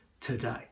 today